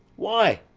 why,